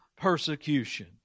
persecution